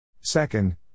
Second